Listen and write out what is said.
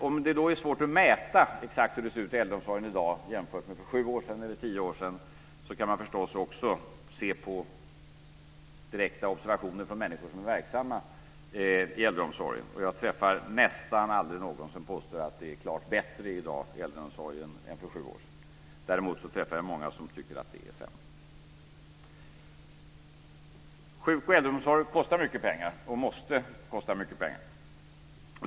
Om det då är svårt att mäta exakt hur det ser ut i äldreomsorgen i dag jämfört med för sju år sedan eller tio år sedan kan man förstås också se på direkta observationer från människor som är verksamma i äldreomsorgen. Jag träffar nästan aldrig någon som påstår att det är klart bättre i dag i äldreomsorgen än för sju år sedan. Däremot träffar jag många som tycker att det är sämre. Sjuk och äldreomsorg kostar mycket pengar och måste kosta mycket pengar.